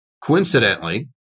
Coincidentally